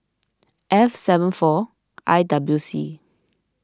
F seven four I W C